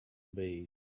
made